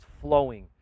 flowing